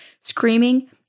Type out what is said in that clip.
screaming